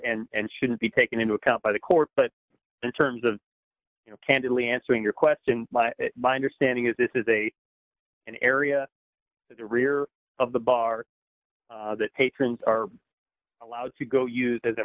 babylift and shouldn't be taken into account by the court but in terms of you know candidly answering your question my minor standing is this is a an area that the rear of the bar that patrons are allowed to go use